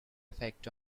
effect